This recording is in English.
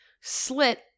slit